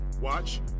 Watch